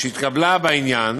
שהתקבלה בעניין,